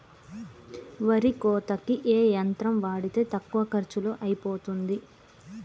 వరి కోతకి ఏ యంత్రం వాడితే తక్కువ ఖర్చులో అయిపోతుంది?